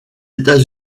états